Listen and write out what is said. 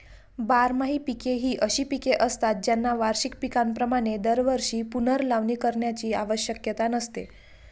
बारमाही पिके ही अशी पिके असतात ज्यांना वार्षिक पिकांप्रमाणे दरवर्षी पुनर्लावणी करण्याची आवश्यकता नसते